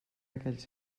aquells